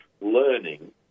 learning